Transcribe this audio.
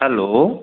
hello